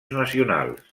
nacionals